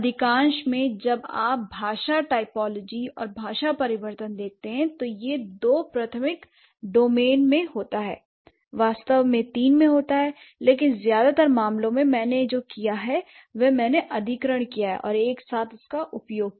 अधिकांश में जब आप भाषा टाइपोलॉजी और भाषा परिवर्तन देखते हैं तो यह दो प्राथमिक डोमेन में होता है वास्तव में तीन मैं होता है लेकिन ज्यादातर मामलों में मैंने जो किया है वह मैंने अधिग्रहण किया और एक साथ उसका उपयोग किया